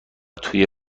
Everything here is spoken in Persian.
توی